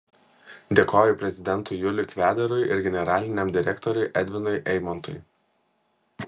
dėkoju prezidentui juliui kvedarui ir generaliniam direktoriui edvinui eimontui